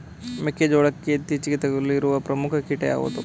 ಮೆಕ್ಕೆ ಜೋಳಕ್ಕೆ ಇತ್ತೀಚೆಗೆ ತಗುಲಿರುವ ಪ್ರಮುಖ ಕೀಟ ಯಾವುದು?